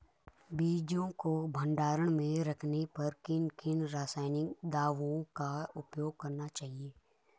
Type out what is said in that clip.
बीजों को भंडारण में रखने पर किन किन रासायनिक दावों का उपयोग करना चाहिए?